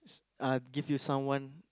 uh give you someone